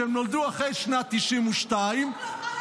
שנולדו אחרי שנת 1992 -- החוק לא חל עליו,